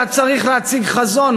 אתה צריך להציג חזון.